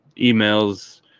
emails